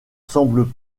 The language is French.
semblent